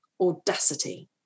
audacity